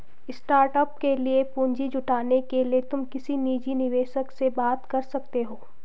startup के लिए पूंजी जुटाने के लिए तुम किसी निजी निवेशक से बात कर सकते हो